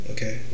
Okay